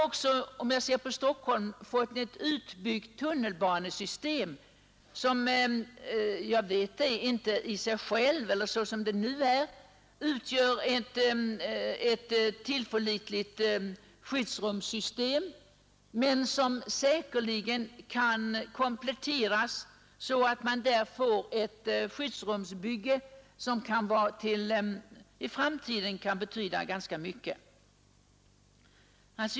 Och dessutom har vi nu i Stockholm ett utbyggt tunnelbanesystem, som visserligen inte utgör ett helt tillförlitligt skyddsrumsarrangemang men som säkerligen kan kompletteras, så att vi får ett skyddsrumssystem som i framtiden kan betyda ganska mycket.